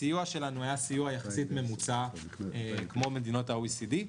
הסיוע שלנו היה יחסית סיוע ממוצע כמו במדינות ה-OECD.